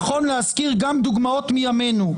נכון להזכיר גם דוגמאות מימינו,